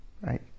Right